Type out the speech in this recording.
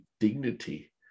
Dignity